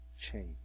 change